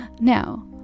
Now